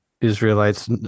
Israelites